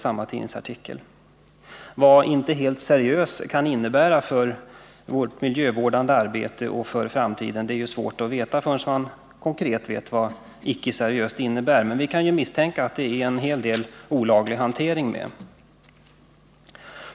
Vad det innebär för vårt miljövårdande arbete och för framtiden är svårt att veta innan man konkret vet vad uttrycket ”inte helt seriös” innebär, men vi kan ju misstänka att en hel del olaglig hantering förekommer.